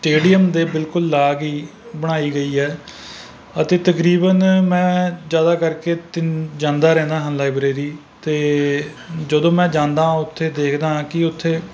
stadium ਦੇ ਬਿਲਕੁਲ ਲਾਗ ਹੀ ਬਣਾਈ ਗਈ ਹੈ ਅਤੇ ਤਕਰੀਬਨ ਮੈਂ ਜ਼ਿਆਦਾ ਕਰਕੇ ਤਿੰ ਜਾਂਦਾ ਰਹਿੰਦਾ ਹਾਂ ਲਾਇਬ੍ਰੇਰੀ ਅਤੇ ਜਦੋਂ ਮੈਂ ਜਾਂਦਾ ਹਾਂ ਉੱਥੇ ਦੇਖਦਾ ਹਾਂ ਕਿ ਉੱਥੇ